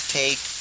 take